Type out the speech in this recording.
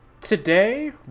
Today